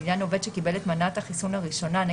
לעניין עובד שקיבל את מנת החיסון הראשונה